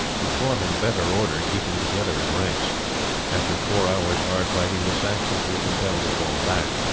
who fought in better order, keeping together in ranks after four hours' hard fighting the saxons were compelled to fall back.